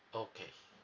okay